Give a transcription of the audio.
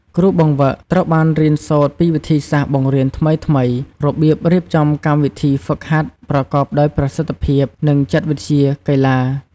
គ្រូបង្វឹក ត្រូវបានរៀនសូត្រពីវិធីសាស្ត្របង្រៀនថ្មីៗ របៀបរៀបចំកម្មវិធីហ្វឹកហាត់ប្រកបដោយប្រសិទ្ធភាព និងចិត្តវិទ្យាកីឡា។